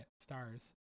stars